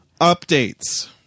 Updates